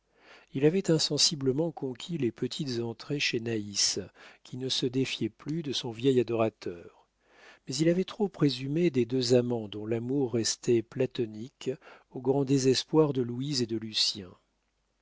il avait insensiblement conquis les petites entrées chez naïs qui ne se défiait plus de son vieil adorateur mais il avait trop présumé des deux amants dont l'amour restait platonique au grand désespoir de louise et de lucien